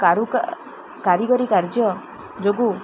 କାରୁ କା କାରିଗରୀ କାର୍ଯ୍ୟ ଯୋଗୁଁ